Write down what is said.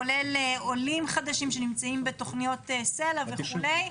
כולל עולים חדשים מתוכניות סלע וכו'.